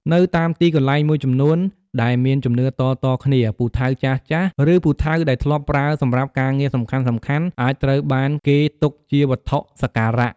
នៅតាមទីកន្លែងមួយចំនួនដែលមានជំនឿតៗគ្នា ពូថៅចាស់ៗ ឬពូថៅដែលធ្លាប់ប្រើសម្រាប់ការងារសំខាន់ៗ អាចត្រូវបានគេទុកជាវត្ថុសក្ការៈ។